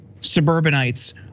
suburbanites